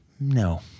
No